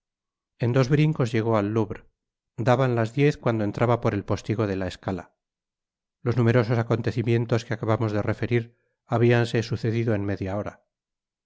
en dos brincos llegó al louvre daban las diez cuando entraba por el postigo de la escala los numerosos acontecimientos que acabamos de referir habianse sucedido en media hora